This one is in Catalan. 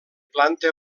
planta